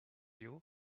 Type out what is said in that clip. you